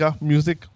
music